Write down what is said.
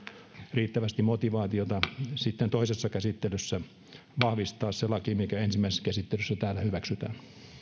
riittävästi motivaatiota sitten toisessa käsittelyssä vahvistaa se laki mikä ensimmäisessä käsittelyssä täällä hyväksytään